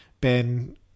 Ben